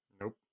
Nope